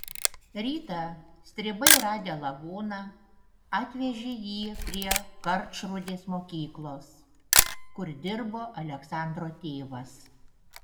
rytą stribai radę lavoną atvežė jį prie karčrūdės mokyklos kur dirbo aleksandro tėvas